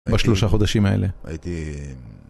בשלושה חודשים האלה. הייתי...